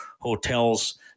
hotels